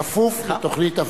כפוף לתוכנית הבראה.